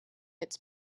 its